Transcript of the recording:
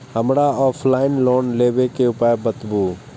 हमरा offline loan लेबे के उपाय बतबु?